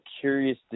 curious